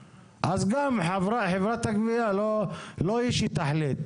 חברת הגבייה לא היא שתחליט.